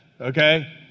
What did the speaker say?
okay